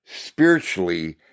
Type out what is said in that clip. spiritually